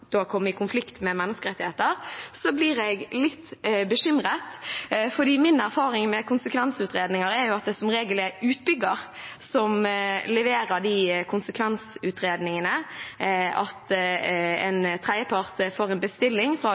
i konflikt med menneskerettigheter, blir jeg litt bekymret. Min erfaring med konsekvensutredninger er at det som regel er utbygger som leverer de konsekvensutredningene, at en tredjepart får en bestilling fra